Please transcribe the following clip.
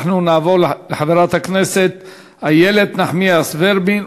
אנחנו נעבור לחברת הכנסת איילת נחמיאס ורבין,